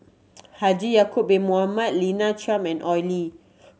Haji Ya'acob Bin Mohamed Lina Chiam and Oi Lin